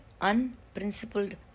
unprincipled